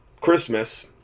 Christmas